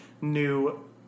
new